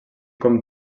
com